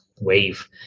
wave